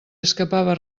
escapava